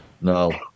No